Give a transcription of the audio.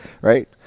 Right